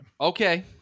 Okay